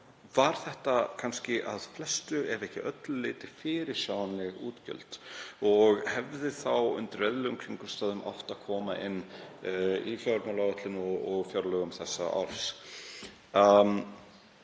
voru þetta kannski að flestu, ef ekki öllu leyti fyrirsjáanleg útgjöld og hefðu þá undir eðlilegum kringumstæðum átt að koma inn í fjármálaáætlun og fjárlög þessa árs.